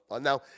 Now